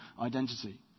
identity